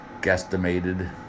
guesstimated